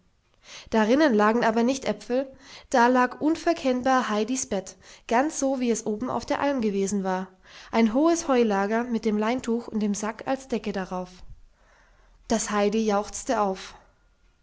darinnen lagen aber nicht äpfel da lag unverkennbar heidis bett ganz so wie es oben auf der alm gewesen war ein hohes heulager mit dem leintuch und dem sack als decke darauf das heidi jauchzte auf